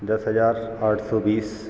दस हजार आठ सौ बीस